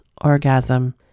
orgasm